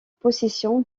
possession